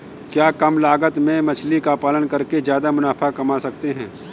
क्या कम लागत में मछली का पालन करके ज्यादा मुनाफा कमा सकते हैं?